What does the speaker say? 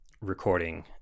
recording